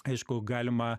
aišku galima